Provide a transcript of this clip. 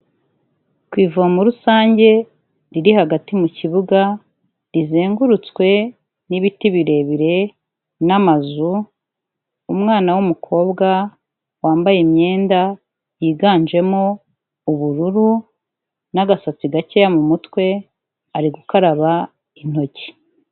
Ku ivomo rusange riri hagati mu kibuga, rizengurutswe n'ibiti birebire n'amazu, umwana w'umukobwa wambaye imyenda yiganjemo ubururu n'agasatsi gakeya mu mutwe, ari gukaraba intoki.